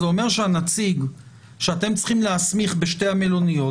זה אומר שהנציג שאתם צריכים להסמיך בשתי המלוניות,